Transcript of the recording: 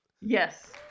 yes